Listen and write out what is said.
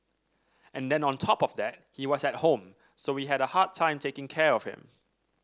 and then on top of that he was at home so we had a hard time taking care of him